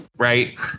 right